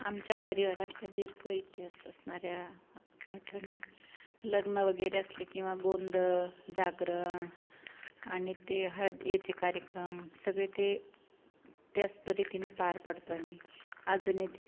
आमच्या परिवारातल्या दीर्घ इतिहास असणाऱ्या आठवणी लग्न वगैरे असले किंवा गोंधळ जागरण आणि ते हळद याचे कार्यक्रम सगळे ते त्यास परितीने पार पाडतो आम्ही अजूनही ते